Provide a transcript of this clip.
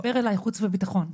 דבר אלי, חוץ וביטחון.